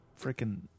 freaking